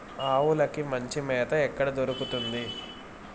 ఆవులకి మంచి మేత ఎక్కడ దొరుకుతుంది?